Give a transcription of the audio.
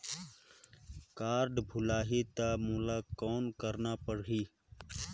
Card भुलाही ता मोला कौन करना परही?